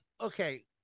Okay